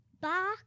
bark